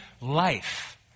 life